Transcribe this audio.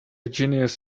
genius